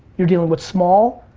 you're dealing with small,